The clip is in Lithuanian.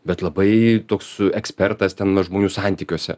bet labai toks ekspertas ten na žmonių santykiuose